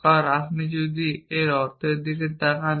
কারণ আপনি যদি এর অর্থের দিকে তাকান